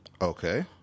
Okay